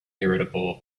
irritable